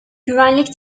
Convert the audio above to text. güvenlik